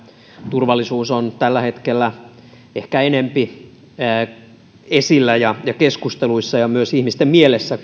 turvallisuus on tällä hetkellä ehkä enempi kuin pitkään aikaan esillä ja keskusteluissa ja myös ihmisten mielessä